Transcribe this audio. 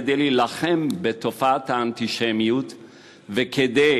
כדי להילחם בתופעת האנטישמיות וכדי